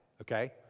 okay